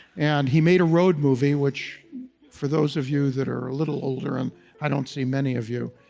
and he made a road movie which for those of you that are a little older, and i don't see many of you.